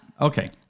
Okay